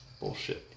bullshit